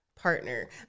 partner